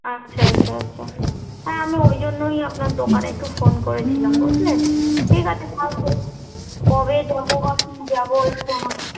আচ্ছা আচ্ছা আচ্ছা হ্যাঁ আমি ওই জন্যই আপনার দোকানে একটু ফোন করেছিলাম বুঝলেন ঠিক আছে তাহলে কবে যাব বা কী যাব একটু আমাকে